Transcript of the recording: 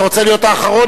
אתה רוצה להיות האחרון?